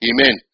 Amen